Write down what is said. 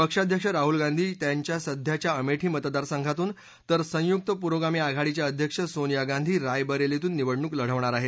पक्षाध्यक्ष राहुल गांधी त्यांच्या सध्याच्या अमेठी मतदारसंघातून तर संयुक पुरोगामी आघाडीच्या अध्यक्ष सोनिया गांधी रायबरेलीतून निवडणूक लढवणार आहेत